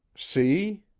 see.